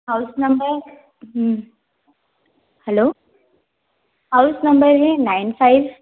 house number hello house number है nine five